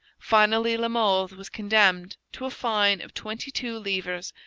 finally la mothe was condemned to a fine of twenty-two livres,